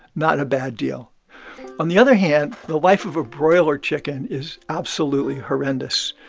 not a bad deal on the other hand, the life of a broiler chicken is absolutely horrendous.